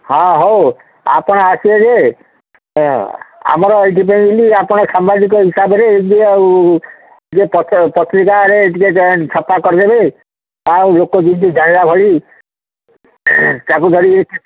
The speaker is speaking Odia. ହଁ ହଉ ଆପଣ ଆସିବେ ଯେ ଆମର ଏଠି ଆପଣ ସମ୍ବାଦିକ ହିସାବରେ ଆଉ ଟିକେ ପତ୍ରିକାରେ ଟିକେ ଛପା କରିଦେବେ ଆଉ ଲୋକ ଯେମିତି ଜାଣିଲା ଭଳି ତାକୁ